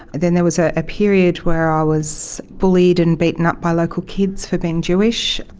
then there was a period where i was bullied and beaten up by local kids for being jewish.